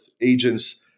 agents